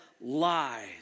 lies